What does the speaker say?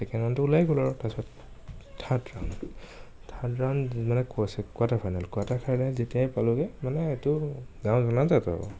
second ৰাউণ্ডতো ওলাই গ'লো আৰু তাৰপিছত থাৰ্ড ৰাউণ্ড থাৰ্ড ৰাউণ্ড মানে কোচি কোৱাৰ্টাৰ ফাইনেল কোৱাৰ্টাৰ ফাইনেল যেতিয়াই পালোঁগৈ মানে এইটো গাঁৱত জনাজাত আৰু